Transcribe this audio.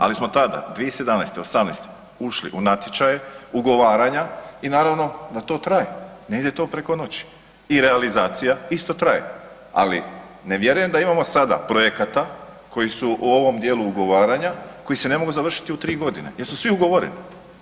Ali smo tada 2017.-'18. ušli u natječaj ugovaranja i naravno da to traje, ne ide to preko noći i realizacija isto traje, ali ne vjerujem da imamo sada projekata koji su u ovom dijelu ugovaranja koji se ne mogu završiti u 3.g. jer su svi ugovoreni.